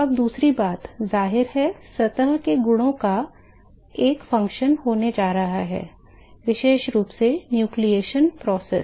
अब दूसरी बात है जाहिर है सतह के गुणों का एक कार्य होने जा रहा है विशेष रूप से न्यूक्लियेशन प्रक्रिया